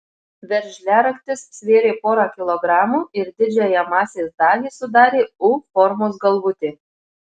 veržliaraktis svėrė porą kilogramų ir didžiąją masės dalį sudarė u formos galvutė